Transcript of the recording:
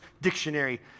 Dictionary